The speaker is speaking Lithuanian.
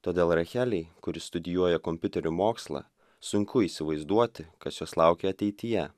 todėl rachelei kuris studijuoja kompiuterių mokslą sunku įsivaizduoti kas jos laukia ateityje